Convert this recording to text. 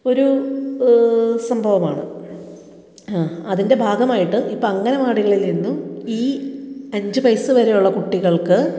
ഒരു സംഭവമാണ് ആ അതിൻ്റെ ഭാഗമായിട്ട് ഇപ്പ അംഗനവാടികളിൽ നിന്നും ഈ അഞ്ചു വയസ്സുവരെയുള്ള കുട്ടികൾക്ക്